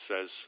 says